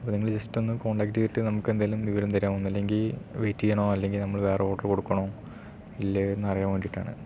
അപ്പോൾ നിങ്ങൾ ജസ്റ്റ് ഒന്ന് കോൺടാക്ട് ചെയ്തിട്ട് നമുക്ക് എന്തെങ്കിലും വിവരം തരാമോ ഒന്നുമില്ലെങ്കിൽ വെയിറ്റ് ചെയ്യണോ അല്ലെങ്കിൽ നമ്മൾ വേറെ ഓർഡർ കൊടുക്കണോ ഇല്ലേയോ എന്നറിയാൻ വേണ്ടിയിട്ടാണ്